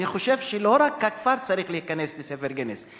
אני חושב שלא רק הכפר צריך להיכנס לספר גינס,